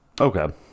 Okay